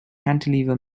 cantilever